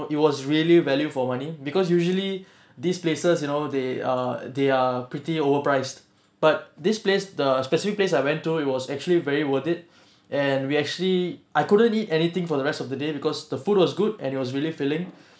it was really value for money because usually these places you know they are they are pretty overpriced but this place the specific place I went to it was actually very worth it and we actually I couldn't eat anything for the rest of the day because the food was good and it was really filling